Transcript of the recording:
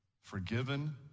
forgiven